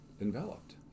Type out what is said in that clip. enveloped